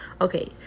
okay